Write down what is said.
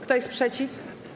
Kto jest przeciw?